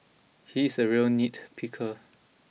he's a real nitpicker